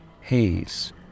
haze